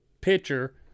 pitcher